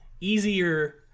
easier